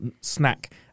snack